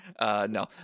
No